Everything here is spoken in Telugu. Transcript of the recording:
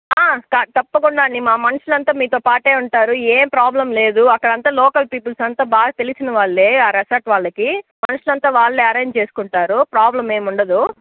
తప్పకుండా అండి మా మనుషులంతా మీతో పాటే ఉంటారు ఎం ప్రాబ్లమ్ లేదు అక్కడ అంతా లోకల్ పీపుల్స్ అంతా బాగా తెలిసినవాళ్ళే ఆ రిసార్ట్ వాళ్ళకి మనుషులంతా వాళ్ళే అరేంజ్ చేసుకుంటారు ప్రాబ్లమ్ ఏమి ఉండదు